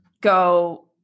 go